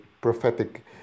prophetic